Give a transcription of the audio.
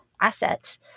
assets